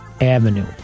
avenue